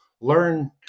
Learn